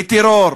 בטרור,